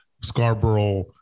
Scarborough